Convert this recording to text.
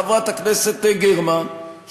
חברת הכנסת גרמן,